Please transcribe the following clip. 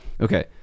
okay